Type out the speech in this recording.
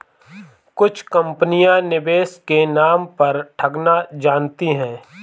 कुछ कंपनियां निवेश के नाम पर ठगना जानती हैं